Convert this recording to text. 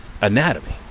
anatomy